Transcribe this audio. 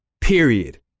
period